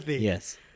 Yes